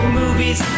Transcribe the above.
movies